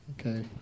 Okay